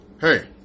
Hey